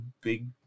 big